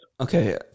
Okay